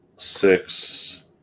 Six